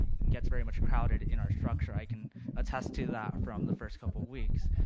gets very much crowded in our structure. i can attest to that from the first couple of weeks.